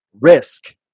risk